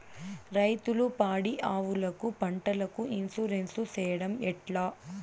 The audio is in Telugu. రైతులు పాడి ఆవులకు, పంటలకు, ఇన్సూరెన్సు సేయడం ఎట్లా?